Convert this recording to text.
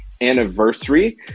anniversary